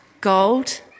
Gold